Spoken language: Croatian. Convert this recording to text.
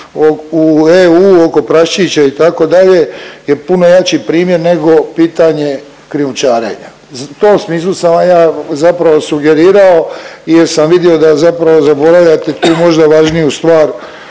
u EU oko praščića itd. je puno jači primjer nego pitanje krijumčarenja. U tom smislu sam vam ja zapravo sugerirao jer sam vidio da zapravo zaboravljate tu možda važniju stvar